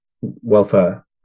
welfare